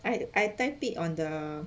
I I type it on the